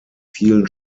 vielen